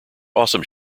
awesome